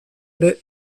ere